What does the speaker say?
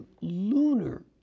lunar